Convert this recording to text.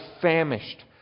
famished